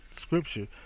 scripture